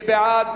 מי בעד?